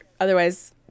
Otherwise